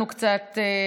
(הוראת שעה)